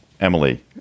Emily